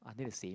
I'll need to see